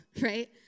right